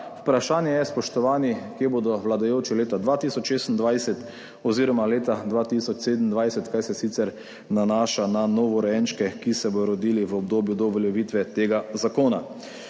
Vprašanje je, spoštovani, kje bodo vladajoči leta 2026 oziroma leta 2027, kar se sicer nanaša na novorojenčke, ki se bodo rodili v obdobju do uveljavitve tega zakona.